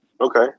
Okay